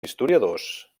historiadors